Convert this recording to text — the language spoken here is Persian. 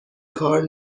کار